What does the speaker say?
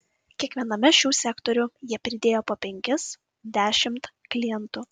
kiekviename šių sektorių jie pridėjo po penkis dešimt klientų